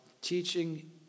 teaching